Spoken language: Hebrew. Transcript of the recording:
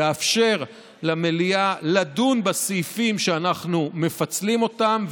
יאפשר למליאה לדון בסעיפים שאנחנו מפצלים אותם,